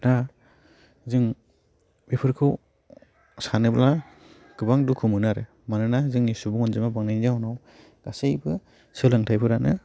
दा जों बेफोरखौ सानोब्ला गोबां दुखु मोनो आरो मानोना जोंनि सुबुं अनजिमा बांनायनि जाउनाव गासैबो सोलोंथाइफोरानो